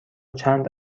چند